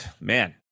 man